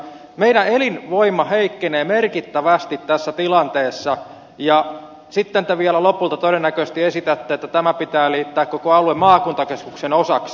meidän elinvoimamme heikkenee merkittävästi tässä tilanteessa ja sitten te vielä lopulta todennäköisesti esitätte että tämä koko alue pitää liittää maakuntakeskuksen osaksi